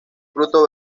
fruto